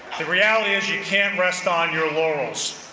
the reality is you can't rest on your laurels.